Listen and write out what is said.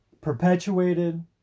perpetuated